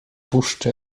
puszczy